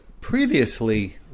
previously